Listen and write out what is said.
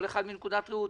כל אחד מנקודת ראותו,